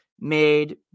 made